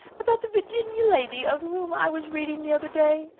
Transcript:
about the virginia lady of whom i was reading the other day.